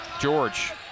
George